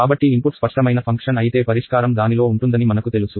కాబట్టి ఇన్పుట్ స్పష్టమైన ఫంక్షన్ అయితే పరిష్కారం దానిలో ఉంటుందని మనకు తెలుసు